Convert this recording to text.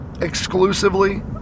exclusively